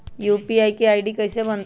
UPI के ID कैसे बनतई?